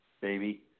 baby